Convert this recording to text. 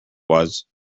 was